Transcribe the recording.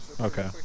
Okay